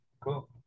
cool